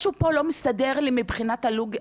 משהו פה לא מסתדר לי מבחינת הלוגיקה,